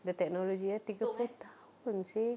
the technology eh tiga puluh tahun seh